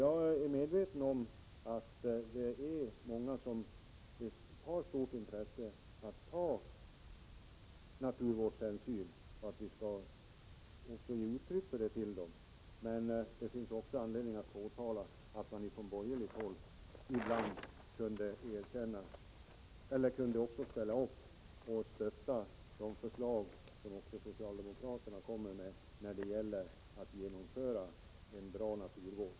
Jag är medveten om att det är många som har ett stort intresse för naturvården. Vi skall också ge uttryck för vår uppskattning av dem. Men det finns också anledning att påtala att man från borgerligt håll även borde ställa upp och stötta de socialdemokratiska förslag som syftar till en bra naturvård.